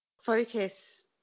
focus